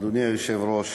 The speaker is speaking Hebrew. אדוני היושב-ראש,